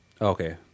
okay